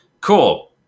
Cool